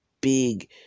big